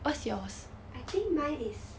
I think mine is